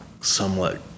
somewhat